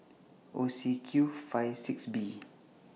O C Q five six B